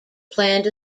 planned